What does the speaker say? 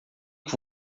que